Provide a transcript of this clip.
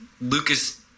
Lucas